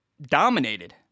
dominated